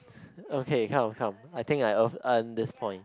okay come come I think I earn earned this point